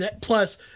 Plus